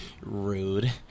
Rude